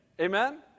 Amen